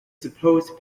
supposed